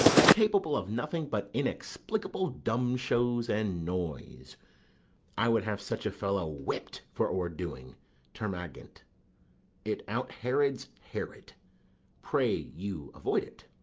are capable of nothing but inexplicable dumb shows and noise i would have such a fellow whipped for o'erdoing termagant it out-herods herod pray you avoid it.